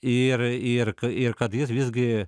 ir ir ir kad jis visgi